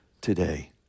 today